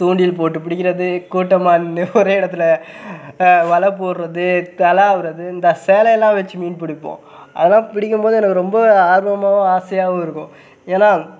தூண்டில் போட்டுப் பிடிக்கிறது கூட்டமாக நின்று ஒரே இடத்துல வலை போடுகிறது துலாவுறது இந்த சேலையெல்லாம் வெச்சு மீன் பிடிப்போம் அதலாம் பிடிக்கும்போது எனக்கு ரொம்ப ஆர்வமாகவும் ஆசையாகவும் இருக்கும் ஏன்னா